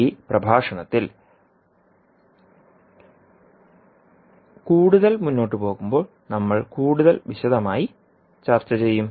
ഈ പ്രഭാഷണത്തിൽ കൂടുതൽ മുന്നോട്ട് പോകുമ്പോൾ നമ്മൾ കൂടുതൽ വിശദമായി ചർച്ചചെയ്യും